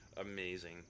Amazing